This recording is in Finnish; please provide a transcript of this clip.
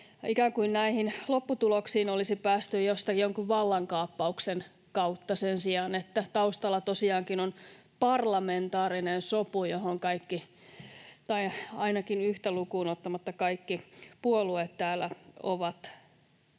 näihin lopputuloksiin olisi päästy jonkun vallankaappauksen kautta sen sijaan, että taustalla tosiaankin on parlamentaarinen sopu, johon kaikki — tai ainakin